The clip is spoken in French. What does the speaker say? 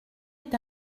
est